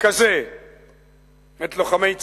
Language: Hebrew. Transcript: כזה את לוחמי צה"ל.